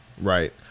Right